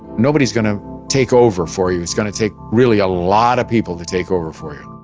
nobody's going to take over for you. it's going to take really a lot of people to take over for you.